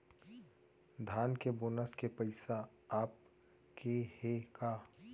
धान के बोनस के पइसा आप गे हे का?